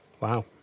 Wow